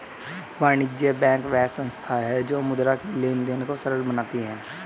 वाणिज्य बैंक वह संस्था है जो मुद्रा के लेंन देंन को सरल बनाती है